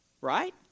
Right